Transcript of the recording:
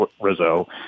Rizzo